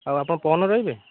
ଆଉ ଆପଣ ପଅରଦିନ ରହିବେ